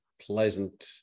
pleasant